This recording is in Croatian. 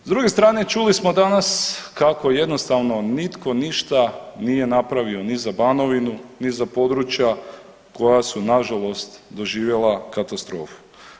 S druge strane čuli smo danas kako jednostavno nitko ništa nije napravio ni za Banovinu, ni za područja koja su nažalost doživjela katastrofu.